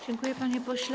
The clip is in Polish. Dziękuję, panie pośle.